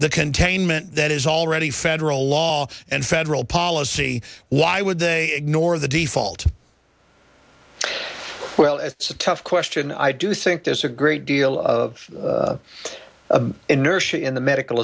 the containment that is already federal law and federal policy why would they ignore the default well it's a tough question i do think there's a great deal of inertia in the medical